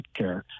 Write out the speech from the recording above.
Healthcare